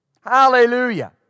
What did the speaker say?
Hallelujah